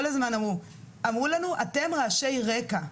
כל הזמן אמרו לנו "אתם רעשי רקע".